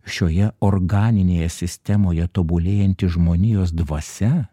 šioje organinėje sistemoje tobulėjanti žmonijos dvasia